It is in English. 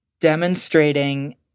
demonstrating